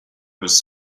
was